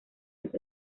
los